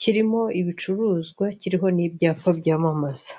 kirimo ibicuruzwa kiriho n'ibyapa byamamaza.